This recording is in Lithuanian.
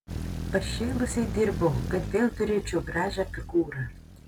pašėlusiai dirbau kad vėl turėčiau gražią figūrą